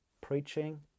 preaching